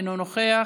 אינו נוכח,